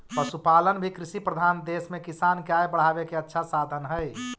पशुपालन भी कृषिप्रधान देश में किसान के आय बढ़ावे के अच्छा साधन हइ